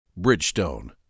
Bridgestone